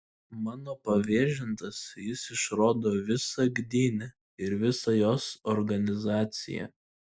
mano pavėžintas jis išrodo visą gdynę ir visą jos organizaciją